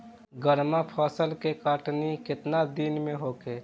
गर्मा फसल के कटनी केतना दिन में होखे?